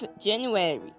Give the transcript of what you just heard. January